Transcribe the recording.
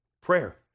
Prayer